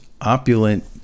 opulent